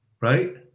right